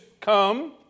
come